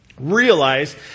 realize